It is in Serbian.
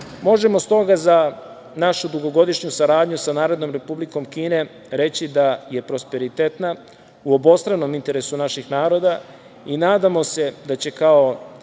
Bora. Možemo stoga za našu dugogodišnju saradnju sa Republikom Kinom reći da je prosperitetna u obostranom interesu naših naroda i nadamo se da će naš